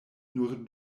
nur